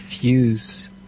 Fuse